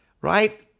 right